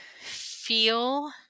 feel